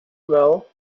well